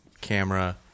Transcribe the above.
camera